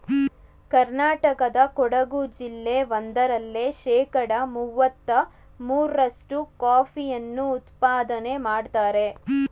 ಕರ್ನಾಟಕದ ಕೊಡಗು ಜಿಲ್ಲೆ ಒಂದರಲ್ಲೇ ಶೇಕಡ ಮುವತ್ತ ಮೂರ್ರಷ್ಟು ಕಾಫಿಯನ್ನು ಉತ್ಪಾದನೆ ಮಾಡ್ತರೆ